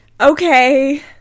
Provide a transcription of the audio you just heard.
okay